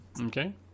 Okay